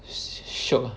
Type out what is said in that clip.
shiok